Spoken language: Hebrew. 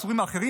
העצורים האחרים,